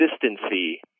consistency